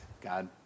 God